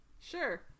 sure